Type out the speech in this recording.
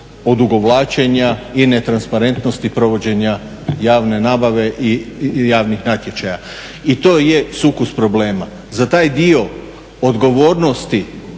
odugovlačenja i netransparentnosti provođenja javne nabave i javnih natječaja. I to je sukus problema. Za taj dio odgovornosti